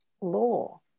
law